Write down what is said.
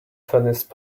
funniest